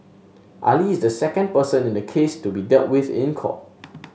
Ali is the second person in the case to be dealt with in court